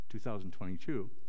2022